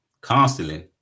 constantly